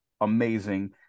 amazing